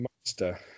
monster